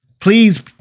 Please